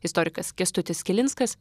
istorikas kęstutis kilinskas